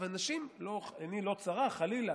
הנשים, עיני לא צרה, חס וחלילה,